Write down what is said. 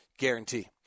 guarantee